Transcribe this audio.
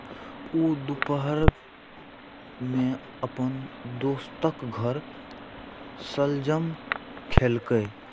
ऊ दुपहर मे अपन दोस्तक घर शलजम खेलकै